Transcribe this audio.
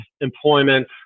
employment